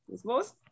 suppose